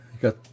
Got